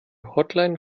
hotline